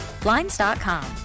Blinds.com